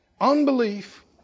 unbelief